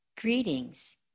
greetings